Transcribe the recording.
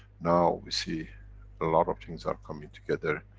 now we see a lot of things are coming together,